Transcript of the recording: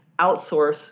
outsource